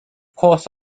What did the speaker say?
course